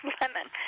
lemon